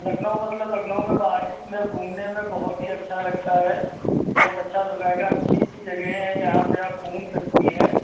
लखनऊ मतलब लखनऊ में बारिश में घूमने में बहुत ही अच्छा लगता है बहुत अच्छा लुक आएगा अच्छी अच्छी जगह हैं जहां पर आप घूम सकती हैं